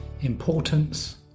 Importance